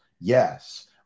Yes